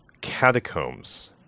Catacombs